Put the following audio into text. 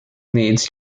needs